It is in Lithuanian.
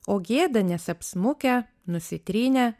o gėda nes apsmukę nusitrynę